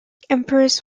empress